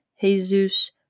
Jesus